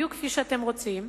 בדיוק כפי שאתם רוצים,